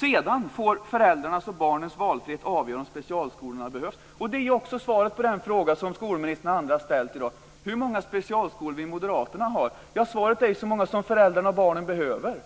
Sedan får föräldrarnas och barnens valfrihet avgöra om specialskolorna behövs, och det är också svaret på den fråga som skolministern och andra har ställt i dag: Hur många specialskolor vill moderaterna ha? Ja, svaret är ju så många som föräldrarna och barnen behöver.